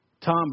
Tom